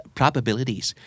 probabilities